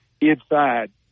inside